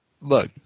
Look